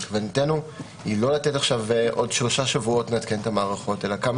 כוונתנו היא לא לתת עוד שלושה שבועות לעדכן את המערכות אלא כמה